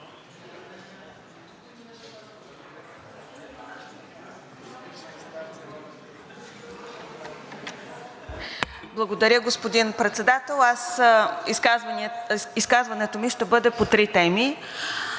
Благодаря, господин Председател. Изказването ми ще бъде по три теми,